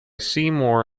seymour